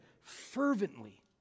fervently